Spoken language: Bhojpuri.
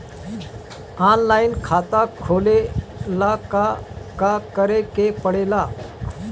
ऑनलाइन खाता खोले ला का का करे के पड़े ला?